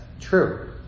true